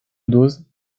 dose